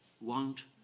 want